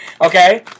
Okay